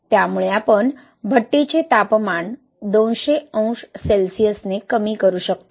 त्यामुळे आपण भट्टीचे तापमान 200 अंश सेल्सिअसने कमी करू शकतो